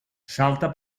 salta